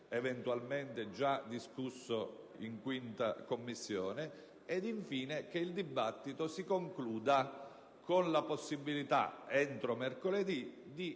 eventualmente già discusso in 5a Commissione; infine, che il dibattito si concludesse con la possibilità, entro mercoledì, di